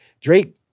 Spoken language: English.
Drake